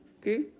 Okay